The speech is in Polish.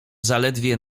zaledwie